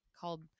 called –